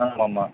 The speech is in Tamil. ஆ ஆமாம்